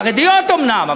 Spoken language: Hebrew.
חרדיות אומנם,